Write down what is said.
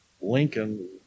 Lincoln